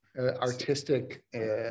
artistic